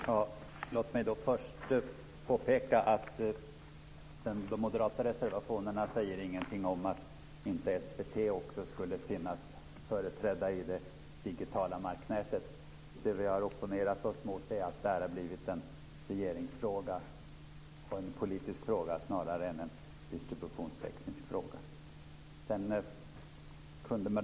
Fru talman! Låt mig först påpeka att de moderata reservationerna inte säger någonting om att inte SVT skulle vara företrätt i det digitala marknätet. Det vi har opponerat oss mot är att det har blivit en regeringsfråga, en politisk fråga snarare än en distributionsteknisk fråga.